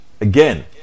again